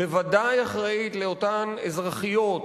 בוודאי אחראית לאותן אזרחיות,